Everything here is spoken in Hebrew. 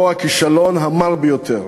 פה הכישלון המר ביותר.